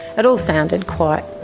it all sounded quite